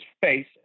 face